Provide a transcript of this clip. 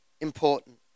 important